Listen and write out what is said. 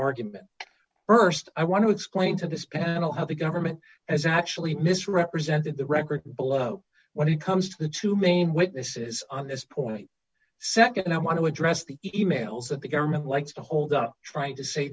argument st i want to explain to this panel how the government has actually misrepresented the record when it comes to the two main witnesses on this point nd i want to address the emails that the government likes to hold up trying to sa